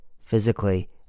physically